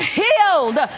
healed